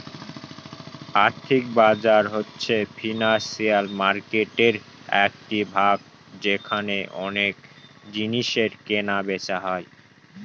আর্থিক বাজার হচ্ছে ফিনান্সিয়াল মার্কেটের একটি ভাগ যেখানে অনেক জিনিসের কেনা বেচা হয়